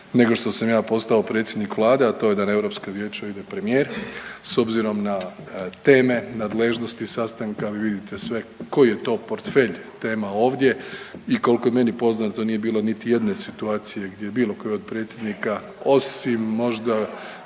nego što sam ja postao predsjednik Vlade, a to je da na Europsko vijeće idu premijeri s obzirom na teme, nadležnosti sastanka. Vi vidite sve koji je to portfelj tema ovdje i koliko je meni poznato nije bilo niti jedne situacije gdje je bilo koji od predsjednika osim možda